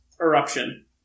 Eruption